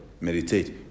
meditate